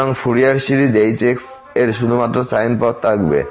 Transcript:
সুতরাংফুরিয়ার সিরিজে h এর শুধুমাত্র সাইন পদ থাকবে